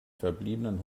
verbliebenen